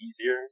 easier